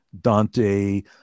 Dante